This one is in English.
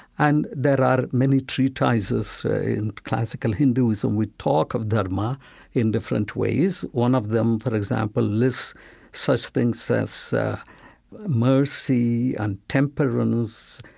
and there are many treatises in classical hinduism, which talk of dharma in different ways. one of them, for example, lists such things as mercy and temperance,